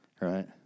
Right